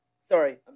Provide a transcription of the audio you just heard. sorry